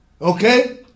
Okay